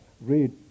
read